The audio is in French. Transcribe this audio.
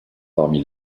parmi